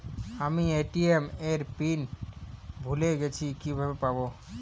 আমি এ.টি.এম এর পিন ভুলে গেছি কিভাবে পাবো?